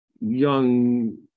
young